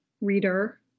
reader